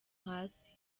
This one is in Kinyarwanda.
hasi